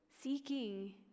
Seeking